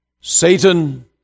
Satan